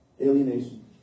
Alienation